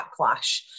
backlash